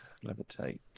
levitate